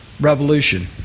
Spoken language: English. Revolution